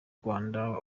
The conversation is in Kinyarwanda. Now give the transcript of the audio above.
rwanda